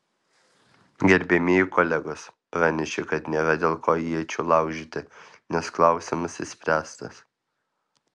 gerbiamieji kolegos pranešė kad nėra dėl ko iečių laužyti nes klausimas išspręstas